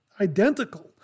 identical